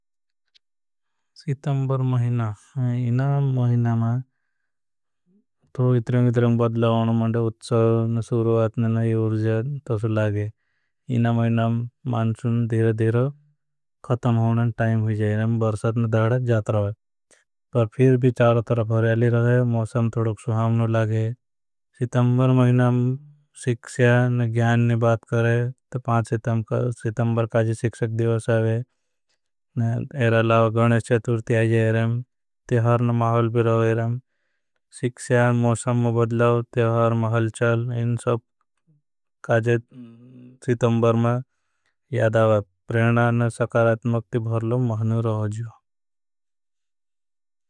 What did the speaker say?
सितंबर महिना में इना महिना मा थोड़ो इतरें इतरें। बदलावन मांड़ा उत्सवन सुरुवातन ना यूर्जय तोसे लागे महिना मांसुन। धिरधिरो खतम होना टाइम हो जाये और बरसात न दाड़ा जात रहा है। फिर भी चारो तरा भर्याली रहे मौसम थोड़ो सुहावनु लागे महिना। सिक्ष्या न घ्यान नी बात करे तो पाच सितंबर काजी। सिक्षक दिवस आवे गणेशे तूरती आये रहें तिहार न माहल भी रहें। मौसम भदलाव तिहार महल चल इन सब काजे। सितंबर में यादावा प्रेणान सकारात्मक्ति ते भरलो महनु रहो जियो।